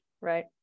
Right